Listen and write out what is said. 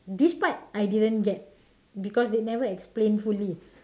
this part I didn't get because they never explained fully